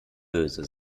böse